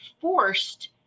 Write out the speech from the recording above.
forced